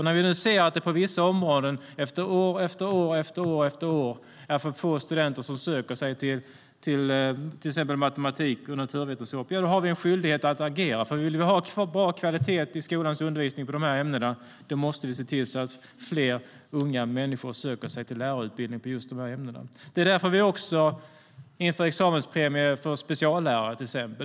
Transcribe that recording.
När vi nu ser att det på vissa områden år efter år är för få studenter som söker till lärarutbildning - det gäller till exempel matematik och naturvetenskap - har vi en skyldighet att agera. Vill vi ha bra kvalitet i skolans undervisning måste vi se till att fler unga människor söker sig till lärarutbildningen i just de här ämnena. Därför inför vi också examenspremier för speciallärare.